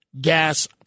gas